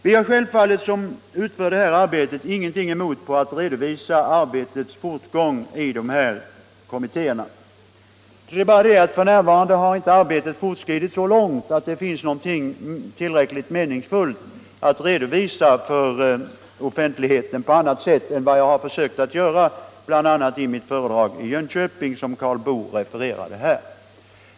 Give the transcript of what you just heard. Vi som utför det här arbetet har självfallet ingenting emot att redovisa arbetets fortgång i kommittéerna. Det är bara det att än har arbetet inte fortskridit så långt att det finns någonting tillräckligt meningsfullt att redovisa för offentligheten, på annat sätt än vad jag har försökt göra bl.a. i det föredrag i Jönköping som Karl Boo här refererade.